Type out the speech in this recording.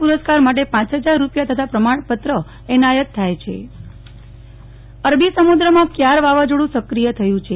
પુરસ્કાર માટે પાંચ ફજાર રૂપિયા તથા પ્રમાણપત્ર એનાયત થાય છે નેહલ ઠક્કર વાવાઝોડું સક્રિય અરબી સમુદ્રમાં કવાર વાવાઝોડું સક્રિય થયું છે